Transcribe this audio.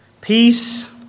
peace